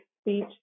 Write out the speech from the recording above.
speech